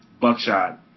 Buckshot